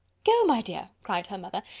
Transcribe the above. go, my dear, cried her mother,